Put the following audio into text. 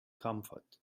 comfort